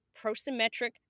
prosymmetric